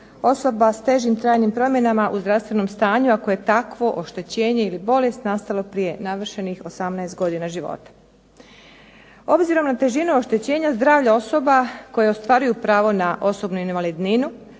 osoba s težim trajnim promjenama u zdravstvenom stanju ako je takvo oštećenje ili bolest nastalo prije navršenih 18 godina života. Obzirom na težinu oštećenja zdravlja osoba koje ostvaruju pravo na osobnu invalidninu